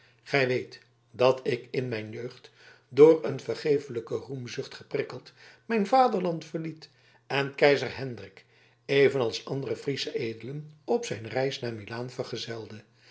gij weet dat ik in mijn jeugd door een vergeeflijke roemzucht geprikkeld mijn vaderland verliet en keizer hendrik evenals andere friesche edelen op zijn reis naar milaan vergezelde